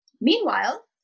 Meanwhile